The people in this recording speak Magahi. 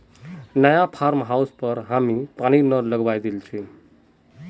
नया फार्म हाउसेर पर हामी पानीर नल लगवइ दिल छि